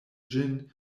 ĝin